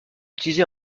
utilisés